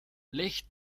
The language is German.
licht